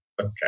Okay